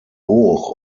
hoch